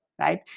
right